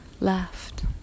laughed